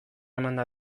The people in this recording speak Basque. emanda